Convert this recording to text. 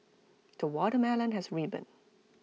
the watermelon has ripened